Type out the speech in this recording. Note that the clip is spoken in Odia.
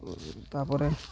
ତା'ପରେ